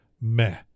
meh